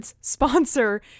sponsor